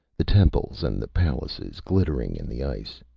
the temples and the palaces glittering in the ice.